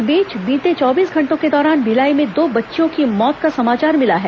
इस बीच बीते चौबीस घंटों के दौरान भिलाई में दो बच्चियों की मौत का समाचार मिला है